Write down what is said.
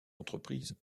entreprises